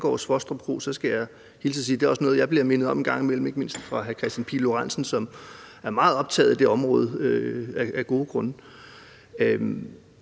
også er noget, jeg bliver mindet om en gang imellem, ikke mindst af hr. Kristian Pihl Lorentzen, som af gode grunde er meget optaget af det område. Det er